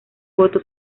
voto